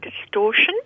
distortion